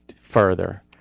further